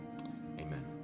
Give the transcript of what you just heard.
amen